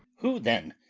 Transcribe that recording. who then?